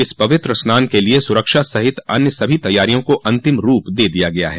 इस पवित्र स्नान के लिये सुरक्षा सहित अन्य सभी तैयारिया को अंतिम रूप दे दिया गया है